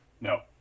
No